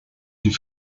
die